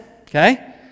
okay